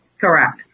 Correct